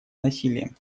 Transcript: насилием